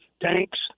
tanks